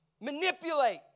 manipulate